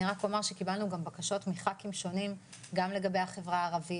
אני רק אומר שקיבלנו בקשות מח"כים שונים גם לגבי החברה הערבית